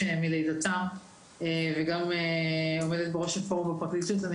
מלידתם וגם עומדת בראש הפורום בפרקליטות,